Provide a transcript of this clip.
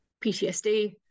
PTSD